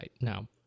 Now